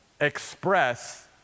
express